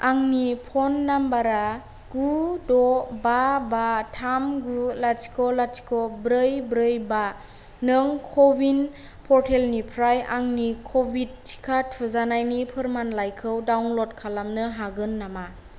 आंनि फन नम्बरा गु द' बा बा थाम गु लाथिख' लाथिख' ब्रै ब्रै बा नों कविन पर्टेलनिफ्राय आंनि कभिट टिका थुजानायनि फोरमानलाइखौ डाउनलड खालामनो हागोन नामा